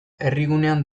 herrigunean